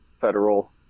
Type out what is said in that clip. federal